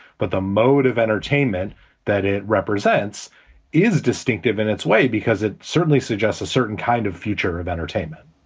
but the mode of entertainment that it represents is distinctive in its way because it certainly suggests a certain kind of future of entertainment